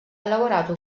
lavorato